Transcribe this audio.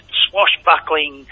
swashbuckling